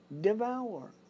devour